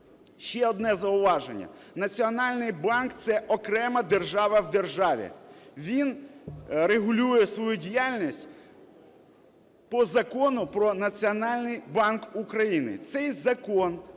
Ще одне зауваження. Національний банк – це окрема держава в державі, він регулює свою діяльність по Закону "Про Національний банк України". Цей закон